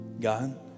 God